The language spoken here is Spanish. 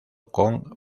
con